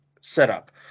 setup